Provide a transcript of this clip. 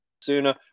sooner